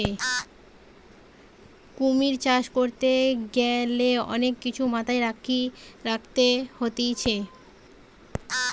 কুমির চাষ করতে গ্যালে অনেক কিছু মাথায় রাখতে হতিছে